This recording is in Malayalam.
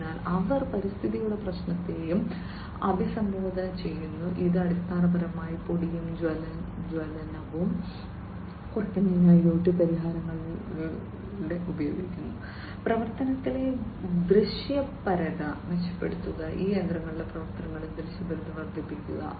അതിനാൽ അവർ പരിസ്ഥിതിയുടെ പ്രശ്നത്തെയും അഭിസംബോധന ചെയ്യുന്നു ഇത് അടിസ്ഥാനപരമായി പൊടിയും ജ്വലനവും കുറയ്ക്കുന്നതിന് IoT പരിഹാരങ്ങളുടെ ഉപയോഗം പ്രവർത്തനങ്ങളിലെ ദൃശ്യപരത മെച്ചപ്പെടുത്തുക ഈ യന്ത്രങ്ങളുടെ പ്രവർത്തനങ്ങളിൽ ദൃശ്യപരത വർദ്ധിപ്പിക്കുക